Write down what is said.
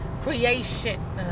creation